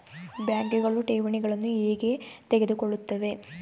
ಬ್ಯಾಂಕುಗಳು ಠೇವಣಿಗಳನ್ನು ಏಕೆ ತೆಗೆದುಕೊಳ್ಳುತ್ತವೆ?